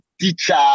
teacher